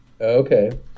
Okay